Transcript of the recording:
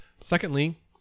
Secondly